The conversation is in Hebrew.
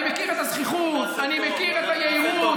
אני מכיר את הזחיחות, אני מכיר את היהירות.